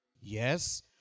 Yes